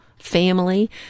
family